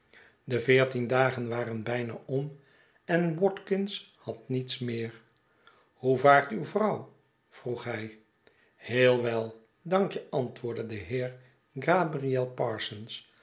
de veertien dagen waren bijna om en watkins had niets meer hoe vaart uw vrouw vroeg hij heel wel dankje antwoordde de heer gabriel parsons